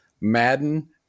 Madden